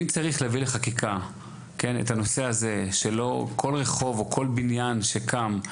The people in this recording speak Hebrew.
אם צריך להביא לחקיקה את הנושא הזה שכל רחוב או כל בניין שקם,